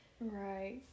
Right